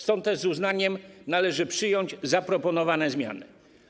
Stąd też z uznaniem należy przyjąć zaproponowane zmiany.